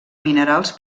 minerals